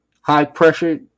high-pressure